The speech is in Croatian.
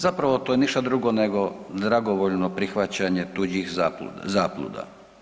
Zapravo to je ništa drugo nego dragovoljno prihvaćanje tuđih zabluda.